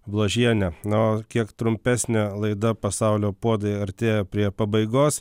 bložienė na o kiek trumpesnė laida pasaulio puodai artėja prie pabaigos